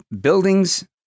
Buildings